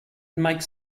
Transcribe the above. makes